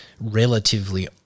relatively